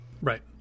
right